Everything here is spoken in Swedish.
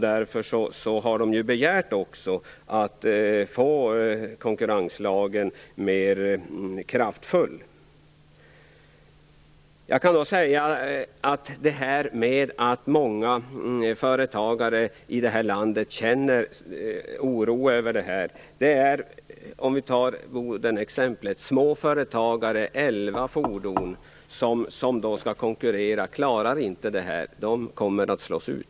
Därför har man begärt att få konkurrenslagen mer kraftfull. Många företagare i landet känner oro. I Bodenexemplet är det småföretagare med elva fordon som skall konkurrera. De klarar det inte. De kommer att slås ut.